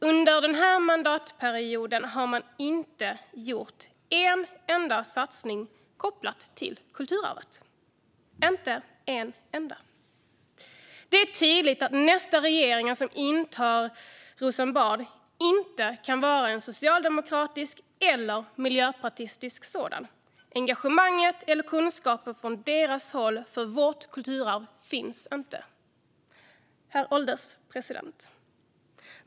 Under den här mandatperioden har man inte gjort en enda satsning kopplat till kulturarvet. Det är tydligt att nästa regering som intar Rosenbad inte kan vara en socialdemokratisk eller miljöpartistisk sådan. Engagemanget eller kunskapen från deras håll för vårt kulturarv finns inte. Herr ålderspresident!